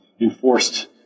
enforced